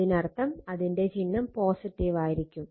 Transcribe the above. അതിനർത്ഥം അതിന്റെ ചിഹ്നം ആയിരിക്കും